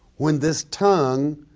when this tongue